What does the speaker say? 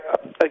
again